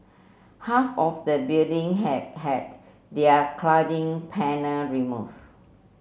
half of the building have had their cladding panel removed